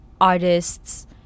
artists